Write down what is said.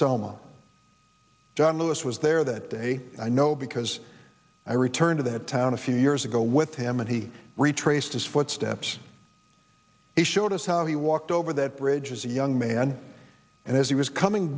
selma john lewis was there that day i know because i return to that town a few years ago with him and he retraced his footsteps he showed us how he walked over that bridge as a young man and as he was coming